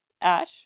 Ash